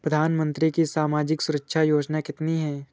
प्रधानमंत्री की सामाजिक सुरक्षा योजनाएँ कितनी हैं?